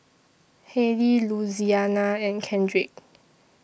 Hailey Louisiana and Kendrick